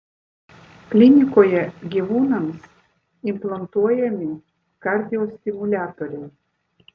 klinikoje gyvūnams implantuojami kardiostimuliatoriai